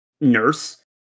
nurse